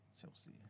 Chelsea